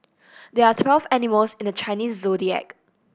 there are twelve animals in the Chinese Zodiac